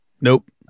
Nope